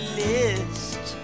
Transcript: list